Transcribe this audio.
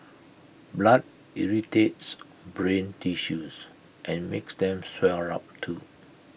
blood irritates brain tissues and makes them swell up too